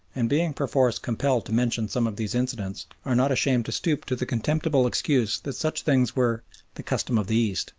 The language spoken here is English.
and being perforce compelled to mention some of these incidents, are not ashamed to stoop to the contemptible excuse that such things were the custom of the east,